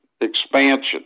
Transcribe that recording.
expansion